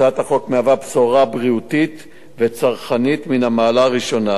הצעת החוק מהווה בשורה בריאותית וצרכנית מן המעלה הראשונה.